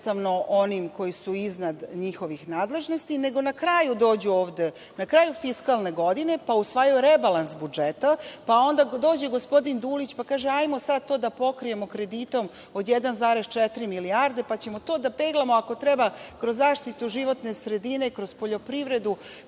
onim koji su iznad njihovih nadležnosti nego na kraju dođu ovde na kraju fiskalne godine, pa usvajaju rebalans budžeta, pa onda dođe gospodin Dulić pa kaže ajmo sad to da pokrijemo kreditom od 1,4 milijarde pa ćemo to da peglamo ako treba kroz zaštitu životne sredine, kroz poljoprivredu,